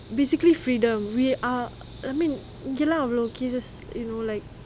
basically freedom we are I mean okay lah we got cases you know like